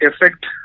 effect